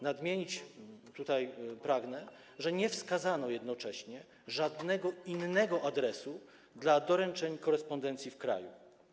Nadmienić tutaj pragnę, że nie wskazano jednocześnie żadnego innego adresu dla doręczeń korespondencji w kraju.